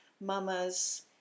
mamas